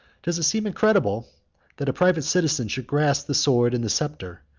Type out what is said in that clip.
does it seem incredible that a private citizen should grasp the sword and the sceptre,